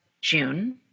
June